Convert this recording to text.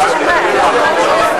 הוא לא נאם בהודעה מדינית,